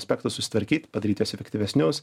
aspektus susitvarkyt padaryt juos efektyvesnius